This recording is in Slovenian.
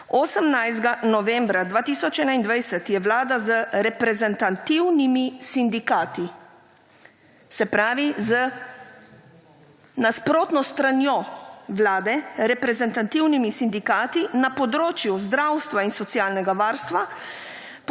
18. novembra 2021 je vlada z reprezentativnimi sindikati, se pravi z nasprotno stranjo vlade, reprezentativnimi sindikati na področju zdravstva in socialnega varstva